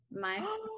my-